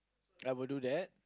I would do that